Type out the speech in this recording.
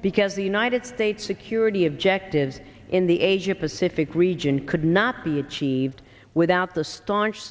because the united states security objective in the asia pacific region could not be achieved without the staunch